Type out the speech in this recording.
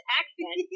accent